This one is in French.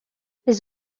les